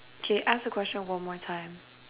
okay ask the question one more time